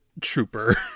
trooper